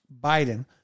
Biden